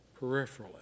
peripherally